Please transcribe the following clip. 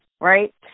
right